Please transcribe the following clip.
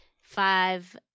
Five